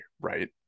right